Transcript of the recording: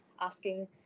asking